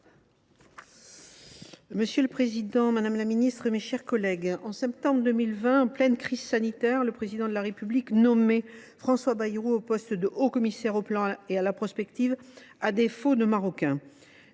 Monsieur le président, madame la ministre, mes chers collègues, au mois de septembre 2020, en pleine crise sanitaire, le Président de la République nommait François Bayrou au poste de haut commissaire au plan et à la prospective, à défaut de lui